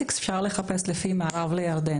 ב-Analytics אפשר לחפש לפי מערב לירדן.